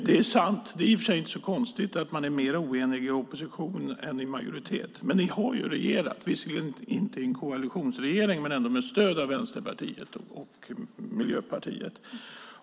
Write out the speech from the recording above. Det är sant och i och för sig inte så konstigt att man är mer oenig i opposition än i majoritet, men ni har ju regerat tillsammans, visserligen inte i en koalitionsregering men ändå med stöd av Vänsterpartiet och Miljöpartiet.